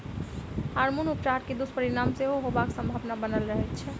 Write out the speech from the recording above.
hormone उपचार के दुष्परिणाम सेहो होयबाक संभावना बनल रहैत छै